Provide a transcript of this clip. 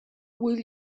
will